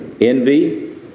envy